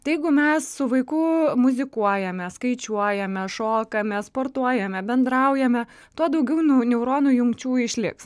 tai jeigu mes su vaiku muzikuojame skaičiuojame šokame sportuojame bendraujame tuo daugiau neuronų jungčių išliks